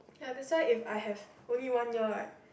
ya that's why if I have only one year right